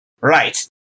Right